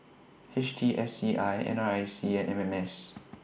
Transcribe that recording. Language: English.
H T S C I N R I C and M M S